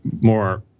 more